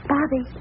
Bobby